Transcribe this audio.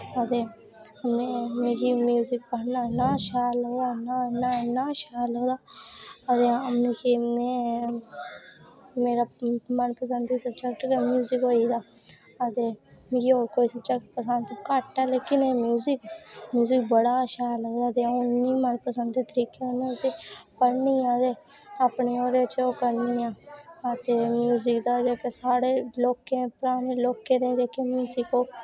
ते मिगी म्युजिक पढ़नां इन्ना शैल लगदा इन्ना शैल लगदा ते में मेरा मन पसंदी स्वजैक्ट गै म्युजिक होई दा ते मिगी होर स्वजैक्ट पसंद घट्ट ऐ लेकिन म्युजिक बड़ा शैल लगदा ते अऊं इन्नी मन पसंद तरीके कन्नै उसी पढ़नी आं ते अपनी ओह्दे च ओह् करनी आं ते म्युजिक दा जेह्का साढ़े लोकें ते म्युजिक ओह्